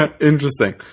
Interesting